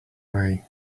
way